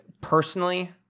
Personally